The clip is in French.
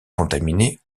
contaminés